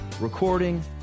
recording